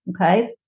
Okay